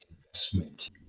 investment